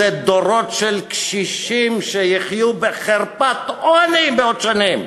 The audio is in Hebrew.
זה דורות של קשישים שיחיו בחרפת עוני בעוד שנים.